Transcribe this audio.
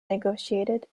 negotiated